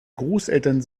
großeltern